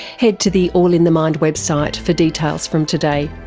head to the all in the mind website for details from today.